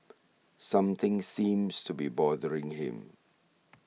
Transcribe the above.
something seems to be bothering him